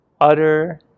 Utter